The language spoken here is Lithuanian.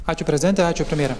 ačiū prezidente ačiū premjere